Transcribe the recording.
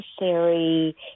necessary